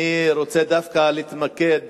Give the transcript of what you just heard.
אני רוצה דווקא להתמקד